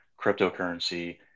cryptocurrency